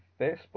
Facebook